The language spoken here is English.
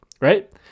right